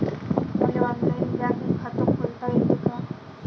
मले online bank खात खोलता येते का?